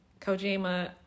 Kojima